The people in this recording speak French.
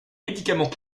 médicaments